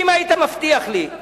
אם היית מבטיח לי,